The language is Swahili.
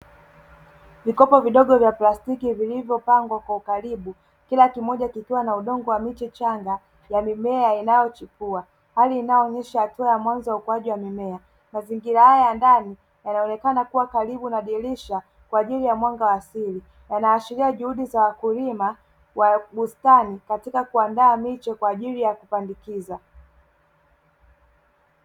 Vikopo vidogo vya plastiki vilivyopangwa kwa ukaribu, kila kimoja kikiwa na udongo wa miche changa ya mimea inayochupua. Hali inayoonyesha hatua ya mwanzo ukuaji wa mimea. Mazingira haya ya ndani yanaonekana kuwa karibu na dirisha, kwa ajili ya mwanga wa siri yanaashiria juhudi za wakulima wa bustani katika kuandaa miche kwa ajili ya kupandikiza.